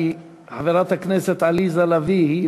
כי חברת הכנסת עליזה לביא,